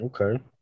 Okay